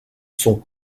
sont